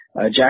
Jack